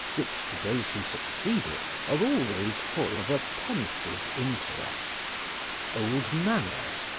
which to those who succeed it are always full of a pensive interest old manners,